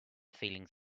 feelings